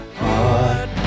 heart